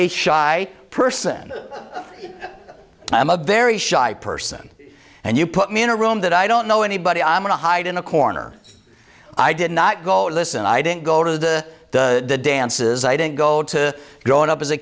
a shy person i'm a very shy person and you put me in a room that i don't know anybody i'm going to hide in a corner i did not go listen i didn't go to the dances i didn't go to growing up as a